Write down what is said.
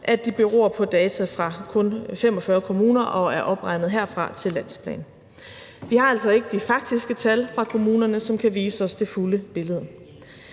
at de beror på data fra kun 45 kommuner og er opregnet herfra til landsplan. Vi har altså ikke de faktiske tal fra kommunerne, som kan vise os det fulde billede.